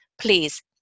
please